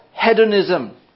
hedonism